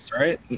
right